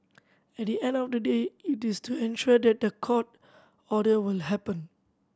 at the end of the day it is to ensure that the court order will happen